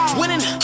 winning